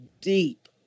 deep